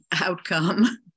outcome